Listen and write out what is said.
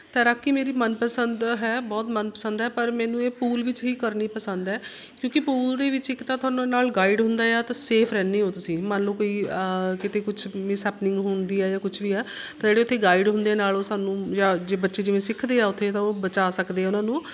ਤੈਰਾਕੀ ਮੇਰੀ ਮਨ ਪਸੰਦ ਹੈ ਬਹੁਤ ਮਨ ਪਸੰਦ ਹੈ ਪਰ ਮੈਨੂੰ ਇਹ ਪੂਲ ਵਿੱਚ ਹੀ ਕਰਨੀ ਪਸੰਦ ਹੈ ਕਿਉਂਕਿ ਪੂਲ ਦੇ ਵਿੱਚ ਇੱਕ ਤਾਂ ਤੁਹਾਨੂੰ ਨਾਲ ਗਾਈਡ ਹੁੰਦਾ ਹੈ ਅਤੇ ਸੇਫ ਰਹਿੰਦੇ ਹੋ ਤੁਸੀਂ ਮੰਨ ਲਓ ਕੋਈ ਕਿਤੇ ਕੁਛ ਮਿਸਹੈਪਨਿੰਗ ਹੁੰਦੀ ਹੈ ਜਾਂ ਕੁਛ ਵੀ ਹੈ ਤਾਂ ਜਿਹੜੇ ਉੱਥੇ ਗਾਈਡ ਹੁੰਦੇ ਨਾਲ ਉਹ ਸਾਨੂੰ ਜਾਂ ਜੇ ਬੱਚੇ ਜਿਵੇਂ ਸਿੱਖਦੇ ਹਾਂ ਉੱਥੇ ਤਾਂ ਉਹ ਬਚਾ ਸਕਦੇ ਉਹਨਾਂ ਨੂੰ